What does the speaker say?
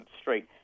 street